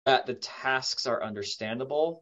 that the tasks are understandable.